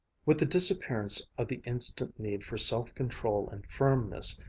with the disappearance of the instant need for self-control and firmness,